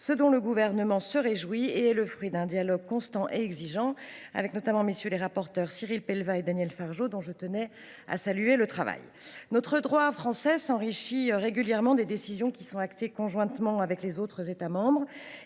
ce dont le Gouvernement se réjouit. Cet accord est le fruit d’un dialogue constant et exigeant, notamment avec les rapporteurs Cyril Pellevat et Daniel Fargeot, dont je tiens à saluer le travail. Le droit français s’enrichit régulièrement des décisions prises conjointement avec les autres États membres.